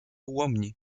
ułomni